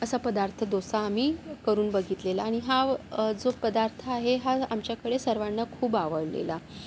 असा पदार्थ दोसा आम्ही करून बघितलेला आणि हा जो पदार्थ आहे हा आमच्याकडे सर्वांना खूप आवडलेला